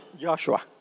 Joshua